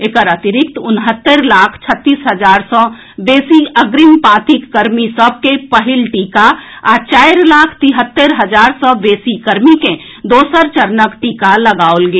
एकर अतिरिक्त उनहत्तरि लाख छत्तीस हजार सॅ बेसी अग्रिम पांतिक कर्मी सभ के पहिल टीका आ चारि लाख तिहत्तरि हजार सॅ बेसी कर्मी के दोसर चरणक टीका लगाओल गेल